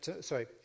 Sorry